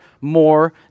more